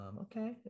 okay